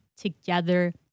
together